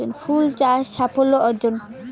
ফুল চাষ সাফল্য অর্জন?